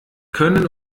können